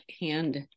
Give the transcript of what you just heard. hand